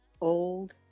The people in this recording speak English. old